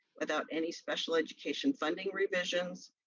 without any special education funding revisions,